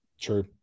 True